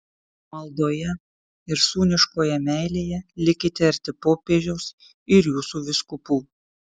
maldoje ir sūniškoje meilėje likite arti popiežiaus ir jūsų vyskupų